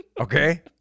Okay